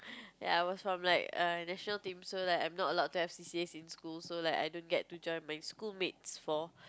ya I was from like err national team so like I'm not allowed to have C_C_As in school so like I don't get to join my schoolmates for